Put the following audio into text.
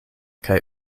kaj